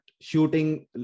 shooting